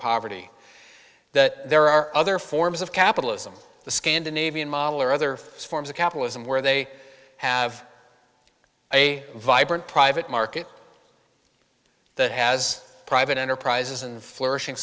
poverty that there are other forms of capitalism the scandinavian model or other forms of capitalism where they have a vibrant private market that has private enterprises and flourishing